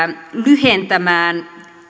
lyhentämään